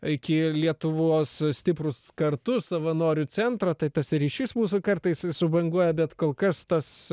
iki lietuvos stiprūs kartu savanorių centro tai tas ir ryšys mūsų kartais ir subanguoja bet kol kas tas